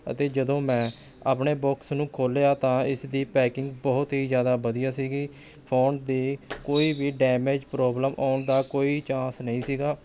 ਅਤੇ ਜਦੋਂ ਮੈਂ ਆਪਣੇ ਬਾਕਸ ਨੂੰ ਖੋਲ੍ਹਿਆ ਤਾਂ ਇਸ ਦੀ ਪੈਕਿੰਗ ਬਹੁਤ ਹੀ ਜ਼ਿਆਦਾ ਵਧੀਆ ਸੀ ਫੋਨ ਦੀ ਕੋਈ ਵੀ ਡੈਮੇਜ ਪ੍ਰੋਬਲਮ ਆਉਣ ਦਾ ਕੋਈ ਚਾਂਸ ਨਹੀਂ ਸੀ